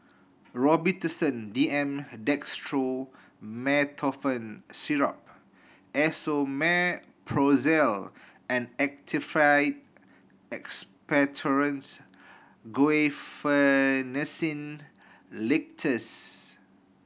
Robitussin D M Dextromethorphan Syrup Esomeprazole and Actified Expectorants Guaiphenesin Linctus